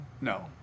No